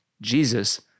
Jesus